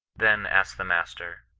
then, asked the master,